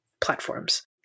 platforms